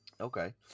Okay